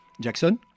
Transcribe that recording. Jackson